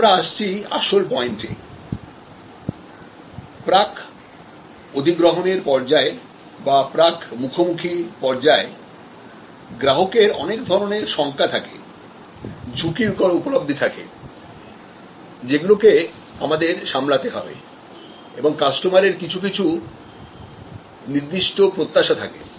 এখন আমরা আসছিআসল পয়েন্টে প্রাক অধিগ্রহণের পর্যায়ে বা প্রাক মুখোমুখি পর্যায়ে গ্রাহকের অনেক ধরনের শঙ্কা থাকে ঝুঁকির উপলব্ধি থাকে যেগুলোকে আমাদের সামলাতে হবেএবং কাস্টমারের কিছু কিছু নির্দিষ্ট প্রত্যাশা থাকে